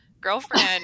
girlfriend